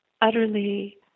utterly